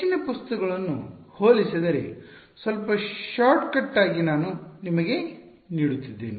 ಹೆಚ್ಚಿನ ಪುಸ್ತಕಗಳನ್ನು ಹೋಲಿಸಿದರೆ ಸ್ವಲ್ಪ ಶಾರ್ಟ್ ಕಟ್ ಆಗಿ ನಾನು ನಿಮಗೆ ನೀಡುತ್ತಿದ್ದೇನೆ